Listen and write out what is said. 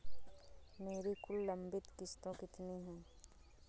मेरी कुल लंबित किश्तों कितनी हैं?